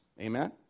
Amen